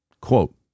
Quote